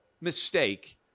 mistake